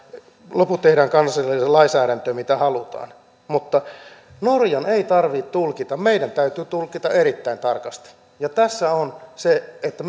loput mitä halutaan tehdään kansalliseen lainsäädäntöön mutta norjan ei tarvitse tulkita meidän täytyy tulkita erittäin tarkasti ja tässä on se että